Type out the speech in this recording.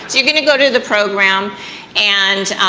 you're gonna go to the program and,